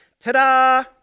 ta-da